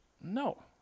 No